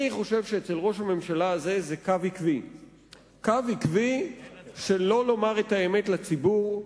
אני חושב שאצל ראש הממשלה הזה זה קו עקבי שלא לומר את האמת לציבור,